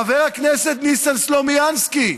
חבר הכנסת ניסן סלומינסקי,